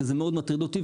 שזה מאוד מטריד אותי,